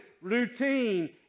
routine